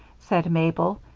said mabel,